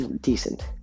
decent